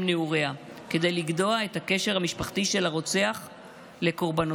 נעוריה כדי לגדוע את הקשר המשפחתי של הרוצח לקורבנותיו: